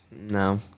No